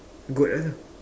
goat ah